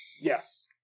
Yes